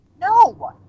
No